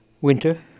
Winter